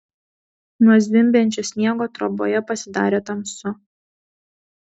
nuo zvimbiančio sniego troboje pasidarė tamsu